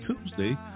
Tuesday